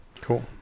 cool